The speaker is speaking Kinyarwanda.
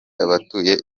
abatuye